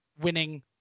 winning